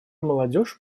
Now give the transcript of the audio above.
молодежь